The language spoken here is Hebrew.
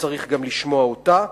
וצריך לשמוע גם אותה.